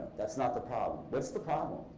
that's not the problem. what's the problem?